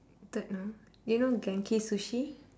don't know do you know Genki Sushi